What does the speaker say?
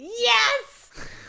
Yes